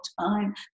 time